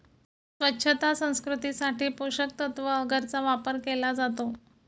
स्वच्छता संस्कृतीसाठी पोषकतत्त्व अगरचा वापर केला जातो